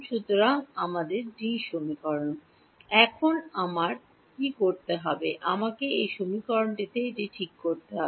সুতরাং আমাদের ডি সমীকরণ এখন আমার কী করতে হবে আমাকে এই সমীকরণটিতে এটি ঠিক করতে হবে